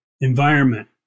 environment